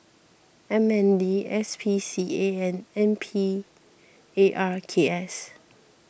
M N D S P C A and N P A R K S